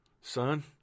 Son